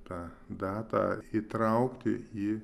tą datą įtraukti į